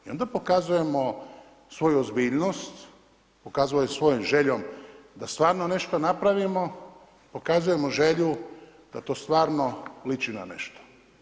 I onda pokazujemo svoju ozbiljnost, pokazujemo svojom željom da stvarno nešto napravimo, pokazujemo želju da to stvarno liči na nešto.